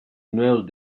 nuevos